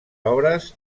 obres